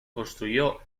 construyó